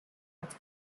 its